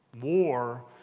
War